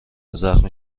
زخمی